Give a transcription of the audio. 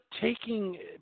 taking